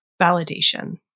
validation